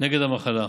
נגד המחלה,